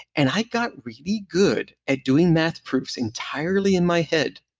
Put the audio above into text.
and i got really good at doing math proofs entirely in my head.